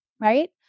right